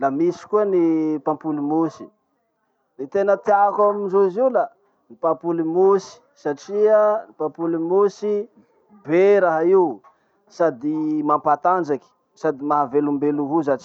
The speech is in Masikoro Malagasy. la misy koa ny pamplemousse. Ny tena tiako amindrozy io la ny pamplemousse satria ny pamplemousse, be raha io no sady mampatanjaky sady mahavelombelo hozatry.